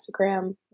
Instagram